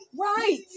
Right